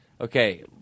okay